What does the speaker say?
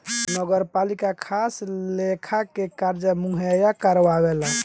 नगरपालिका खास लेखा के कर्जा मुहैया करावेला